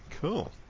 Cool